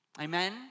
Amen